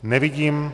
Nevidím.